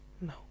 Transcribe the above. No